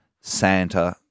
Santa